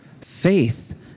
Faith